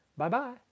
Bye-bye